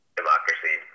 democracy